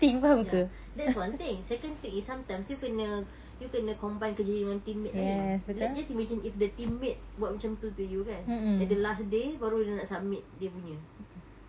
ya that's one thing second thing is sometimes you kena you kena combine kerja you dengan team mate lain like just imagine if the team mate buat macam tu to you kan at the last day baru dia nak submit dia punya